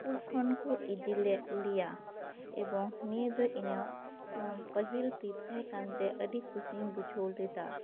school ᱠᱷᱚᱱ ᱠᱚ ᱤᱫᱤ ᱞᱮᱫ ᱞᱮᱭᱟ ᱮᱵᱚᱝ ᱱᱤᱭᱟᱹ ᱫᱚ ᱤᱧᱟᱹᱜ ᱯᱟᱹᱦᱤᱞ ᱴᱨᱤᱯ ᱛᱟᱦᱮᱸ ᱠᱟᱱ ᱛᱮ ᱟᱹᱰᱤ ᱠᱩᱥᱤᱧ ᱵᱩᱡᱷᱟᱹᱣ ᱞᱮᱫᱟ